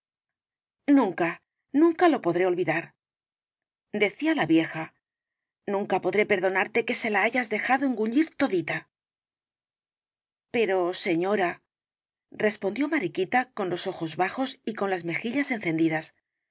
nunca nunca lo podré olvidar decía la vieja nunca podré perdonarte que se la hayas dejado engullir todita pero señorarespondió mariquita con los ojos bajos y con las mejillas encendidas